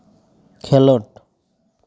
ᱠᱷᱮᱞᱳᱰ